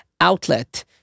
outlet